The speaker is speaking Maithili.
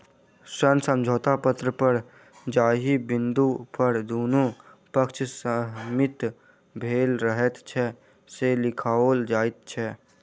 ऋण समझौता पत्र पर जाहि बिन्दु पर दुनू पक्षक सहमति भेल रहैत छै, से लिखाओल जाइत छै